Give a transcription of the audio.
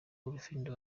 bufindo